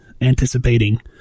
anticipating